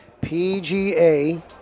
PGA